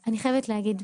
אני רק רוצה להגיד משפט.